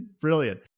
brilliant